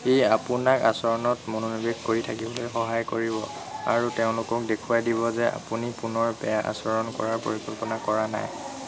ই আপোনাক আচৰণত মনোনিৱেশ কৰি থাকিবলৈ সহায় কৰিব আৰু তেওঁলোকক দেখুৱাই দিব যে আপুনি পুনৰ বেয়া আচৰণ কৰাৰ পৰিকল্পনা কৰা নাই